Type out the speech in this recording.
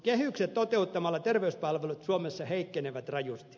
kehykset toteuttamalla terveyspalvelut suomessa heikkenevät rajusti